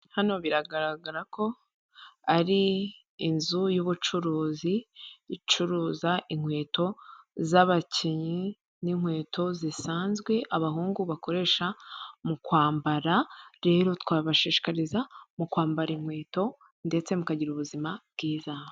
Hano biragaragara ko ari inzu yubucuruzi icuruza inkweto zabakinnyi, n'inkweto zisanzwe abahungu bakoresha mu kwambara, rero twabashishikariza mu kwambara inkweto ndetse mukagira ubuzima bwiza.